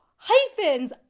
hyphens.